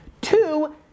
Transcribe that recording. Two